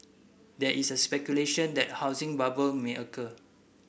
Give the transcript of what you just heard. there is a speculation that a housing bubble may occur